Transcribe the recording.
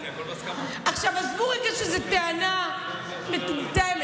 עזבו רגע שזאת טענה מטומטמת,